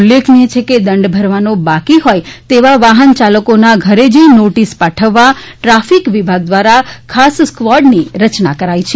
ઉલ્લેખનીય છે કે દંડ ભરવાનો બાકી હોય તેવા વાફન ચાલકોના ઘરે જઇ નોટીસ પાઠવવા ટ્રાફીક વિભાગ દ્રારા ખાસ સ્કવોર્ડની રચના કરાઇ છે